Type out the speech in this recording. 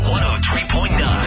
103.9